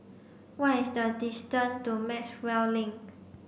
what is the distance to Maxwell Link